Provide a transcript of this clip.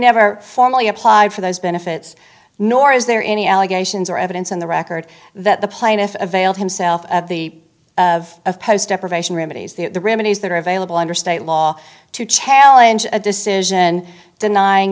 never formally applied for those benefits nor is there any allegations or evidence in the record that the plaintiff availed himself of the of of post deprivation remedies the remedies that are available under state law to challenge a decision denying